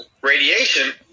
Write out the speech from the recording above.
Radiation